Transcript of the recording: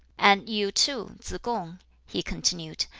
and you, too, tsz-kung, he continued,